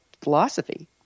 philosophy